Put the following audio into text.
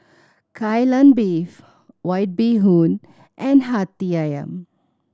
Kai Lan Beef White Bee Hoon and Hati Ayam